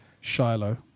Shiloh